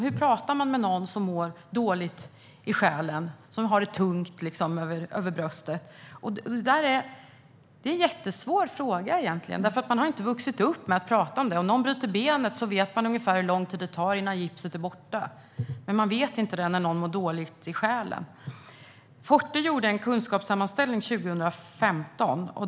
Hur pratar man med någon som mår dåligt i själen och som har det tungt över bröstet? Det är en jättesvår fråga, för man har inte vuxit upp med att prata om det. Om någon bryter benet vet man ungefär hur lång tid det tar innan gipset är borta. Men man vet inte det när någon mår dåligt i själen. Forte gjorde en kunskapssammanställning 2015.